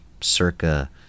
circa